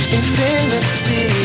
infinity